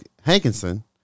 Hankinson